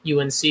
UNC